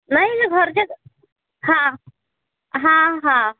नाही घरच्या हा हा हा